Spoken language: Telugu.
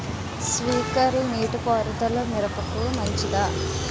స్ప్రింక్లర్ నీటిపారుదల మిరపకు మంచిదా?